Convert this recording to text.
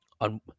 on